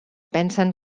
pensen